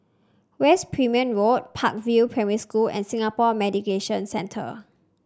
West Perimeter Road Park View Primary School and Singapore Mediation Centre